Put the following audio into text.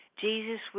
Jesus